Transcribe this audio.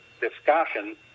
discussion